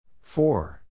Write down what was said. Four